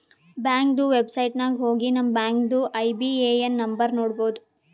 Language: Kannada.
ಬ್ಯಾಂಕ್ದು ವೆಬ್ಸೈಟ್ ನಾಗ್ ಹೋಗಿ ನಮ್ ಬ್ಯಾಂಕ್ದು ಐ.ಬಿ.ಎ.ಎನ್ ನಂಬರ್ ನೋಡ್ಬೋದ್